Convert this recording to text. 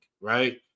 right